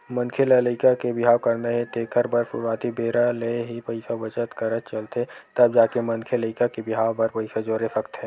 मनखे ल लइका के बिहाव करना हे तेखर बर सुरुवाती बेरा ले ही पइसा बचत करत चलथे तब जाके मनखे लइका के बिहाव बर पइसा जोरे सकथे